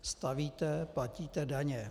Stavíte, platíte daně.